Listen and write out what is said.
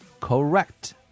Correct